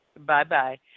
Bye-bye